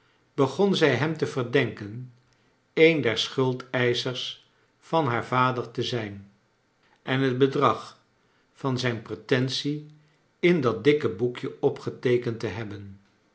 begon zij hem te verdenken een der sc huldeisohers van haar vader te zijn en het be drag van zijn pretentie in dat clikke boekje opgeteekend te hebben